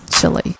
chili